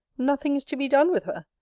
nothing is to be done with her.